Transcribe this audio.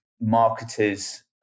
marketers